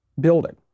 building